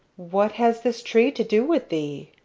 what has this tree to do with thee?